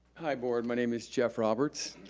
hi board, my name is jeff roberts.